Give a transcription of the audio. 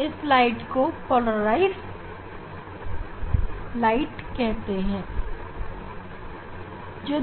यह प्रकाश पोलराइज्ड हो जाएगी